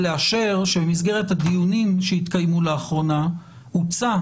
לאשר שבמסגרת הדיונים שהתקיימו לאחרונה הוצע